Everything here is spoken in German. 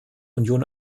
union